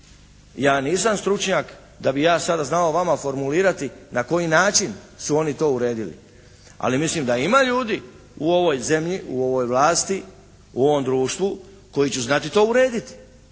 Ja nisam stručnjak da bi ja sada znao vama formulirati na koji način su oni to uredili, ali mislim da ima ljudi u ovoj zemlji, u ovoj vlasti, u ovom društvu koji će znati to urediti.